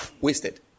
wasted